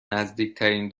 نزدیکترین